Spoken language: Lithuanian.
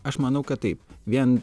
aš manau kad taip vien